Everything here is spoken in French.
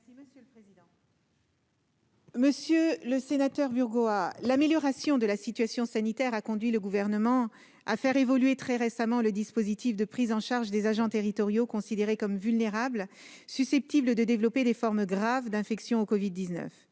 Monsieur le sénateur Burgoa, l'amélioration de la situation sanitaire a conduit le Gouvernement à faire évoluer très récemment le dispositif de prise en charge des agents territoriaux considérés comme vulnérables, susceptibles de développer des formes graves d'infection au covid-19.